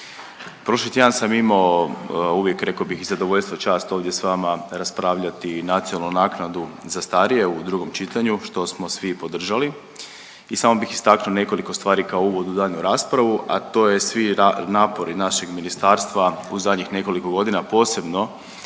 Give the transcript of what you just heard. Prošli tjedan sam imao uvijek rekao bih i zadovoljstvo i čast ovdje s vama raspravljati i nacionalnu naknadu za starije u drugom čitanju, što smo svi podržali i samo bih istaknuo nekoliko stvari kao uvod u daljnju raspravu, a to je svi napori našeg ministarstva u zadnjih nekoliko godina, a posebno